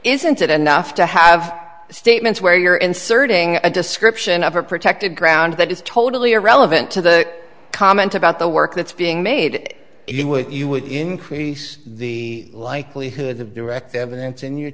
isn't it enough to have statements where you're inserting a description of a protected ground that is totally irrelevant to the comment about the work that's being made if you would you would increase the likelihood of direct evidence and you're